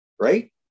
Right